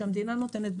שהמדינה נותנת.